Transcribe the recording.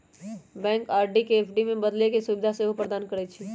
bank RD के FD में बदले के सुभीधा सेहो प्रदान करइ छइ